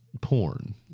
porn